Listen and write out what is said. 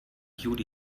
juli